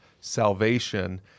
salvation